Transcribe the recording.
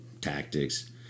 tactics